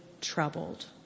troubled